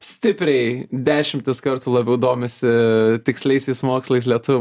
stipriai dešimtis kartų labiau domisi tiksliaisiais mokslais lietuvių